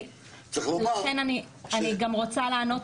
צריך לומר ש -- לכן אני גם רוצה לענות